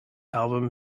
album